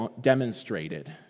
demonstrated